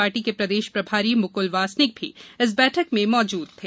party के प्रदेश प्रभारी मुकुल वासनिक भी इस बैठक में मौजूद थे